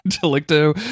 Delicto